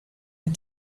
had